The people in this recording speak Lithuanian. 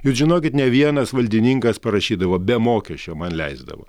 jūs žinokit ne vienas valdininkas parašydavo be mokesčio man leisdavo